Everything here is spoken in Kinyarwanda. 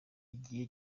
igihe